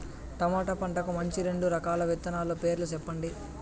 tomato పంటకు మంచి రెండు రకాల విత్తనాల పేర్లు సెప్పండి